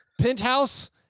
Penthouse